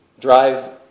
drive